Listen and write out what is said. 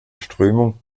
strömung